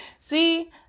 see